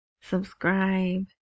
subscribe